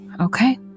Okay